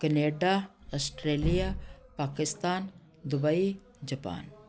Canada Australia Pakistan Dubai Japan